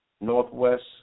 Northwest